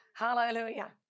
Hallelujah